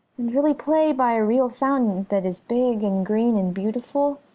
and really play by a real fountain that is big and green and beautiful,